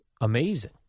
amazing